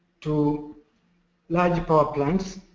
to large populace